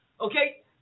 okay